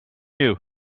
you